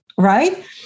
right